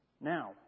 Now